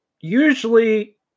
usually